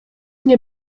nie